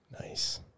Nice